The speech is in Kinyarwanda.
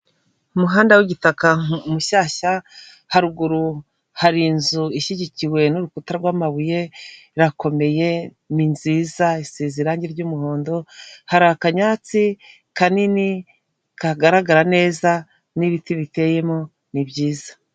Umuhanda w'igitaka mushyashya haruguru hari inzu ishyigikiwe n'urukuta rw'amabuye, irakomeye ni nziza isize irangi ry'muhondo hari akanyatsi kanini kagaragara neza, n'ibiti biteyemo ni byiza.